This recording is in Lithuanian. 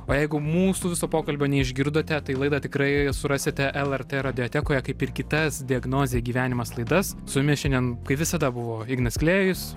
o jeigu mūsų viso pokalbio neišgirdote tai laidą tikrai surasite lrt radiotekoje kaip ir kitas diagnozė gyvenimas laidas su jumis šiandien kaip visada buvo ignas klėjus